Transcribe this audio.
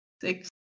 six